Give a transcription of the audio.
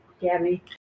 Gabby